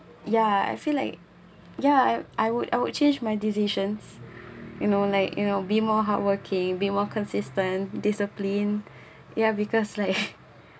ya I feel like ya I I would I would change my decisions you know like you know be more hardworking be more consistent discipline ya because like